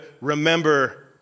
remember